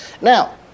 Now